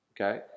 okay